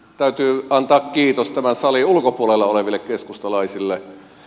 täytyy antaa kiitos tämän salin ulkopuolella oleville keskustalaisille